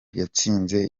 yatsinze